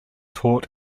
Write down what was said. taught